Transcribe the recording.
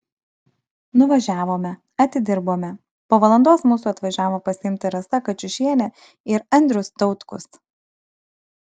nuvažiavome atidirbome po valandos mūsų atvažiavo pasiimti rasa kačiušienė ir andrius tautkus